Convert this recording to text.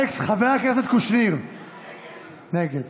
נגד